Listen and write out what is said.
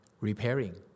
repairing